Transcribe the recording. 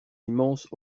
immense